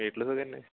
വീട്ടിൽ സുഖം തന്നെ